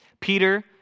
Peter